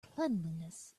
cleanliness